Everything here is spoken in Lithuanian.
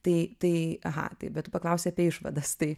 tai tai aha tai bet tu paklausei apie išvadas tai